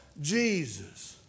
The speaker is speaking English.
Jesus